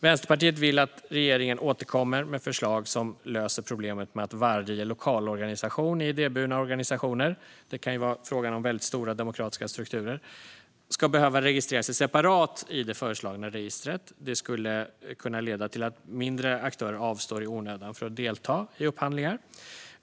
Vänsterpartiet vill att regeringen återkommer med förslag som löser problemet med att varje lokalorganisation i idéburna organisationer - det kan vara fråga om väldigt stora demokratiska strukturer - ska behöva registrera sig separat i det föreslagna registret. Det skulle kunna leda till att mindre aktörer i onödan avstår från att delta i upphandlingar.